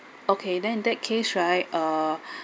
okay then in that case right uh